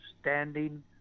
standing